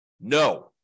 No